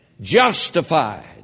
Justified